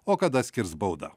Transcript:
o kada skirs baudą